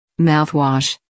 Mouthwash